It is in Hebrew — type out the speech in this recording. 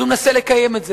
אז הוא מנסה לקיים את זה.